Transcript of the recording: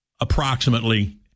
approximately